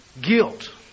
guilt